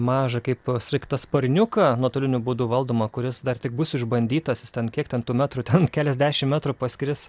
mažą kaip sraigtasparniuką nuotoliniu būdu valdomą kuris dar tik bus išbandytas jis ten kiek ten tų metrų ten keliasdešimt metrų paskris